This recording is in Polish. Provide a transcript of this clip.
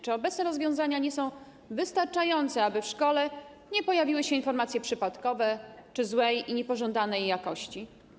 Czy obecne rozwiązania nie są wystarczające, aby w szkole nie pojawiały się informacje przypadkowe czy złej, niepożądanej jakości?